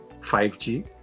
5G